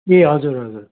ए हजुर हजुर